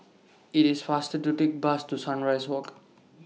IT IS faster to Take Bus to Sunrise Walk